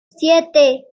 siete